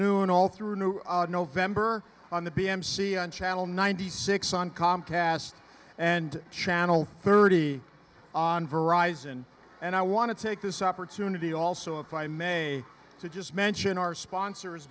noon all through new november on the p m c on channel ninety six on comcast and channel thirty on varieties and and i want to take this opportunity also if i may to just mention our sponsors